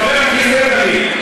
חבר הכנסת לוי,